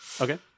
Okay